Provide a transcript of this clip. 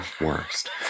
worst